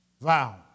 vow